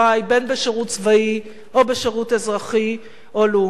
בשירות צבאי או בשירות אזרחי או לאומי.